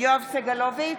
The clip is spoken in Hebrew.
יואב סגלוביץ'